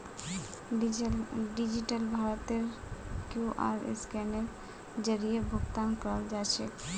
digital भारतत QR scanner जरीए भुकतान कराल जाछेक